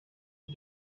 iri